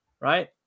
right